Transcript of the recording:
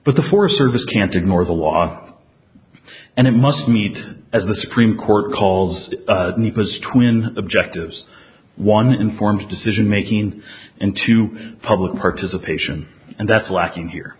but the forest service can't ignore the law and it must meet as the supreme court calls nicklas twin objectives one informs decision making into public participation and that's lacking here